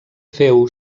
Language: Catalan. féu